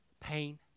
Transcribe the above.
Pain